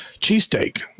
cheesesteak